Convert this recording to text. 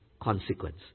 consequence